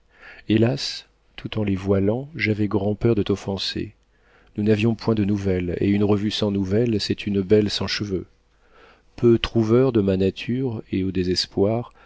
hélas tout en les voilant j'avais grand'peur de t'offenser nous n'avions point de nouvelles et une revue sans nouvelles c'est une belle sans cheveux peu trouveur de ma nature et au désespoir